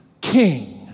King